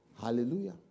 Hallelujah